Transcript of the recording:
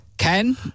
Ken